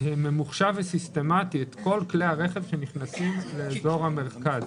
ממוחשב וסיסטמתי את כל כלי הרכב שנכנסים לאזור המרכז.